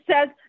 says